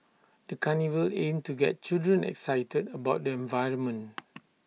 the carnival aimed to get children excited about the environment